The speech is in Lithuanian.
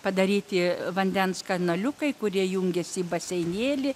padaryti vandens kanaliukai kurie jungėsi į baseinėlį